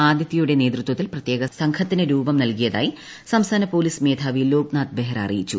ആദിത്യയുടെ നേതൃത്വത്തിൽ പ്രത്യേക സംഘത്തിന് രൂപം നൽകിയതായി സംസ്ഥാന പോലീസ് മേധാവി ലോക്നാഥ് ബെഹറ അറിയിച്ചു